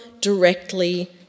directly